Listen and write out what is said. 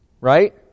right